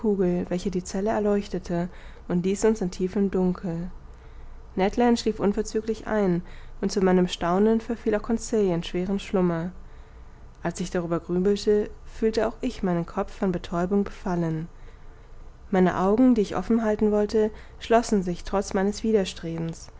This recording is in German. welche die zelle erleuchtete und ließ uns in tiefem dunkel ned land schlief unverzüglich ein und zu meinem staunen verfiel auch conseil in schweren schlummer als ich darüber grübelte fühlte auch ich meinen kopf von betäubung befallen meine augen die ich offen halten wollte schlossen sich trotz meines widerstrebens